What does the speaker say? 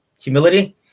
humility